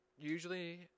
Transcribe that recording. Usually